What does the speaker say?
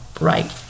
right